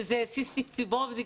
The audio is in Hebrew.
שזה סיסטיק פיברוזיס,